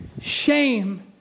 shame